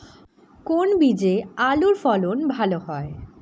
কোন বীজে আলুর ফলন ভালো হয়?